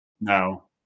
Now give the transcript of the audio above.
No